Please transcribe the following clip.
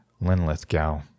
Linlithgow